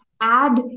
add